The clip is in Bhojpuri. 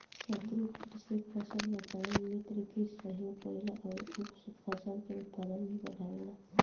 शत्रु कीट से फसल बचावे में मित्र कीट सहयोग करेला अउरी इ फसल के उत्पादन भी बढ़ावेला